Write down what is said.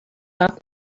off